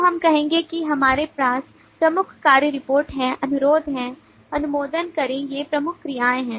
तो हम कहेंगे कि हमारे पास प्रमुख कार्य रिपोर्ट हैं अनुरोध है अनुमोदन करें ये प्रमुख क्रियाएं हैं